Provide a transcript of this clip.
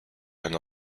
and